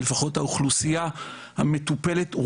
לפחות האוכלוסייה המטופלת,